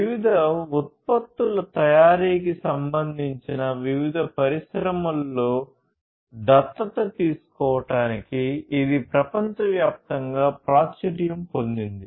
వివిధ ఉత్పత్తుల తయారీకి సంబంధించిన వివిధ పరిశ్రమలలో దత్తత తీసుకోవడానికి ఇది ప్రపంచవ్యాప్తంగా ప్రాచుర్యం పొందింది